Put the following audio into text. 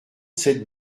sept